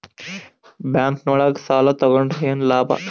Bank ನೊಳಗ ಸಾಲ ತಗೊಂಡ್ರ ಏನು ಲಾಭ?